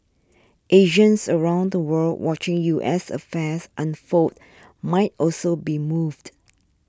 Asians around the world watching U S affairs unfold might also be moved